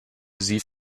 sie